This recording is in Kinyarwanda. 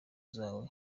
zawe